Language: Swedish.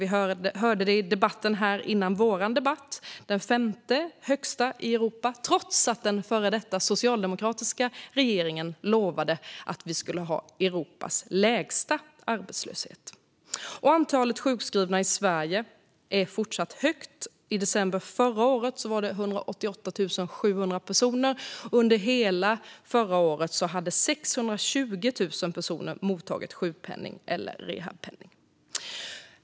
Vi hörde i debatten före vår debatt att arbetslösheten är den femte högsta i Europa trots att den före detta socialdemokratiska regeringen lovade att Sverige skulle ha Europas lägsta arbetslöshet. Antalet sjukskrivna i Sverige är fortfarande högt. I december förra året var det 188 700 personer. Under hela förra året hade 620 000 personer mottagit sjukpenning eller rehabpenning.